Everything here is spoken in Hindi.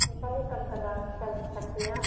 पैसा नहीं कम करवा कर सकती आप